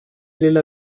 lilla